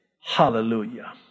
Hallelujah